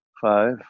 five